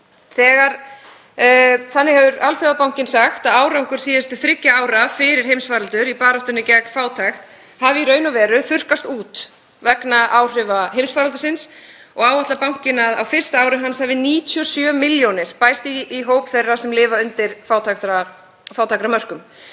Þannig hefur Alþjóðabankinn sagt að árangur síðustu þriggja ára fyrir heimsfaraldur í baráttunni gegn fátækt hafi í raun og veru þurrkast út vegna áhrifa heimsfaraldursins. Áætlar bankinn að á fyrsta ári hans hafi 97 milljónir bæst í hóp þeirra sem lifa undir fátæktarmörkum.